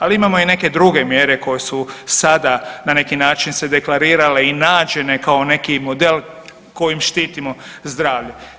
Ali imamo i neke druge mjere koje su sada na neki način se deklarirale i nađene kao neki model kojim štitimo zdravlje.